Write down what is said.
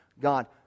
God